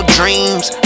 dreams